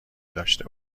داشته